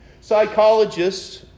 Psychologists